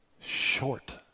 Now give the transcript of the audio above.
short